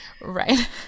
right